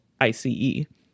I-C-E